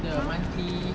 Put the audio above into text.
!huh!